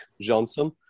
Johnson